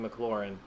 McLaurin